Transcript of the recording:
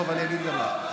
טוב, אני אגיד גם לך.